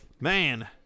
Man